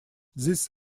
this